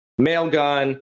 Mailgun